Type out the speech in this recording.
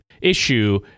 issue